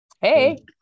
Hey